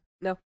No